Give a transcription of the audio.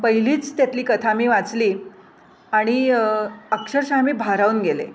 पहिलीच त्यातली कथा मी वाचली आणि अक्षरशः मी भारावून गेले